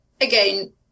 again